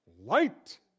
light